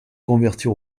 convertir